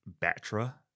Batra